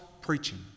preaching